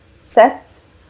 sets